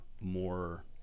more